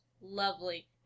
lovely